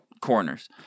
corners